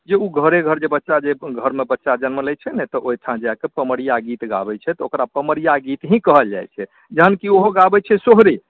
जे ओ घरे घर जे बच्चा जे घरमे जनमल रहै छै ने तऽ ओहिठाम जाके पमरिआ गीत गाबैत छै तऽ ओकरा पमरिआ गीत ही कहल जाइत छै गाबैत छै सोहरे